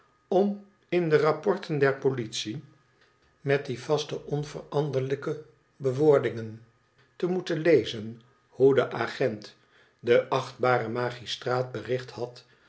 om in de rapporten der politie met die vaste onveranderlijke bewoordingen te moeten lezen hoe de agent den achtbaren magistraat bericht had